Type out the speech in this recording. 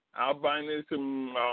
albinism